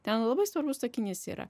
ten labai svarbus sakinys yra